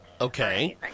Okay